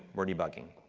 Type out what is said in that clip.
we're debugging.